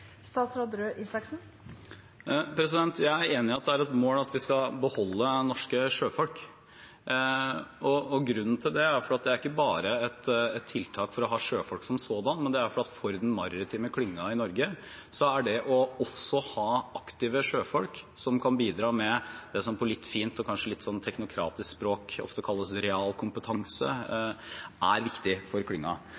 Jeg er enig i at det er et mål at vi skal beholde norske sjøfolk. Grunnen til det er ikke bare at det er et tiltak for å ha sjøfolk som sådan, men for den maritime klyngen i Norge er det å også ha aktive sjøfolk som kan bidra med det som på litt fint og kanskje litt teknokratisk språk ofte kalles realkompetanse,